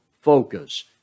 focus